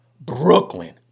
Brooklyn